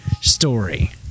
story